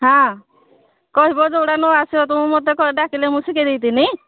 ହଁ କହିବ ଯୋଉଟା ନ ଆସିବ ତ ମୋତେ ଡାକିଲେ ମୁଁ ଶିଖେଇ ଦେବିନି